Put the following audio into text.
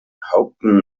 houghton